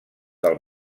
del